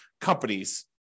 companies